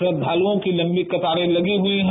श्रद्धाल्ओं की लम्बी कतारें लगी हुई हैं